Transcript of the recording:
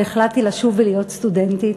והחלטתי לשוב ולהיות סטודנטית.